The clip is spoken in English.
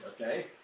okay